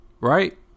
right